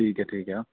ٹھیک ہے ٹھیک آ